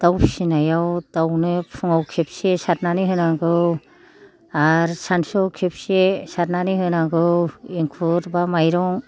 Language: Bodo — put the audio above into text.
दाव फिसिनायाव दावनो फुङाव खेबसे सारनानै होनांगौ आरो सानसुआव खेबसे सारनानै होनांगौ इंखुर बा माइरं